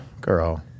girl